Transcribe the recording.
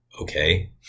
Okay